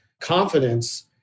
confidence